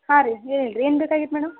ಹಾಂ ರೀ ಹೇಳ್ರಿ ಏನು ಬೇಕಾಗಿತ್ತು ಮೇಡಮ್